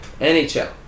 NHL